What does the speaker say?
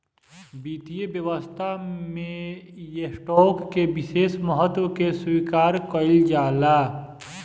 वित्तीय व्यवस्था में स्टॉक के विशेष महत्व के स्वीकार कईल जाला